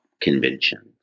convention